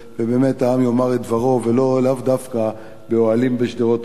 ובאמת העם יאמר את דברו ולאו דווקא באוהלים בשדרות-רוטשילד,